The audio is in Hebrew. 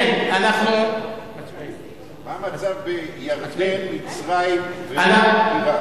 מה המצב בירדן, מצרים ועירק?